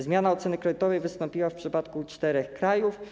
Zmiana oceny kredytowej wystąpiła w przypadku czterech krajów.